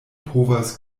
povas